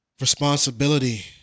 Responsibility